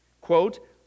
Quote